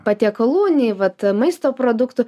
patiekalų nei vat maisto produktų